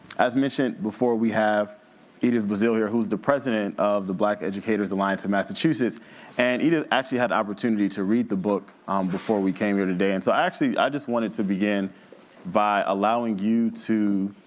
as mentioned before, we have edith brasilia who's the president of the black educators alliance of massachusetts and edith actually had the opportunity to read the book um before we came here today and so actually, i just wanted to begin by allowing you to